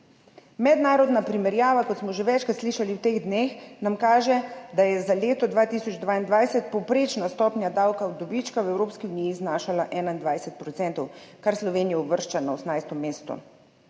Mednarodna primerjava, kot smo že večkrat slišali v teh dneh, nam kaže, da je za leto 2022 povprečna stopnja davka od dobička v Evropski uniji znašala 21 %, kar Slovenijo uvršča na 18. mesto.